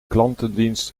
klantendienst